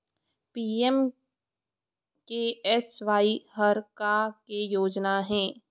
PMKSY हर का के योजना हे?